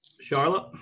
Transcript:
Charlotte